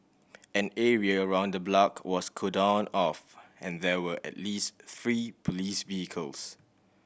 an area around the block was cordoned off and there were at least three police vehicles